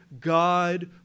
God